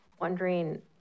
wondering